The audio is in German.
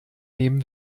nehmen